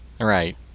right